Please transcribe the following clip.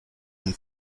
and